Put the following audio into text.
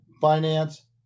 Finance